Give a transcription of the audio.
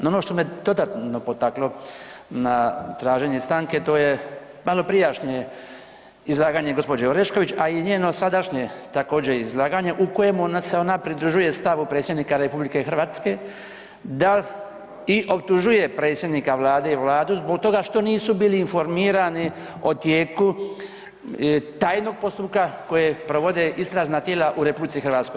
No, ono što me dodatno potaklo na traženje stanke to je maloprijašnje izlaganje gospođe Orešković, a i njeno sadašnje također izlaganje u kojem ona se pridružuje stavu predsjednika RH da i optužuje predsjednika Vlade i Vladu zbog toga što nisu bili informirani o tijeku tajnog postupka koje provode istražna tijela u RH.